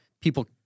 People